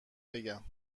بگم